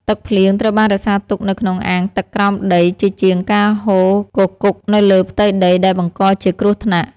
ទឹកភ្លៀងត្រូវបានរក្សាទុកនៅក្នុងអាងទឹកក្រោមដីជាជាងការហូរគគុកនៅលើផ្ទៃដីដែលបង្កជាគ្រោះថ្នាក់។